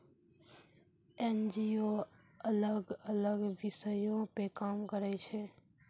NGO अलग अलग विषयो पे काम करै छै